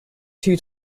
two